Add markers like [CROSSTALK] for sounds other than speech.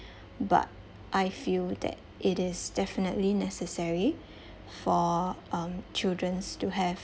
but I feel that it is definitely necessary [BREATH] for um childrens to have